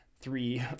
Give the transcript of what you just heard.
three